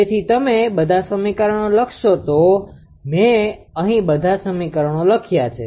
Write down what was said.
તેથી તમે બધા સમીકરણ લખશો મે અહીં બધાં સમીકરણો લખ્યા છે